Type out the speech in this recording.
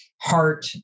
heart